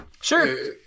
sure